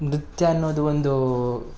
ನೃತ್ಯ ಅನ್ನೋದು ಒಂದು